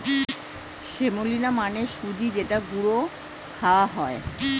semolina মানে সুজি যেটা গুঁড়ো খাওয়া হয়